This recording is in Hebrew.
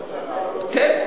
החלטת ממשלה, כן.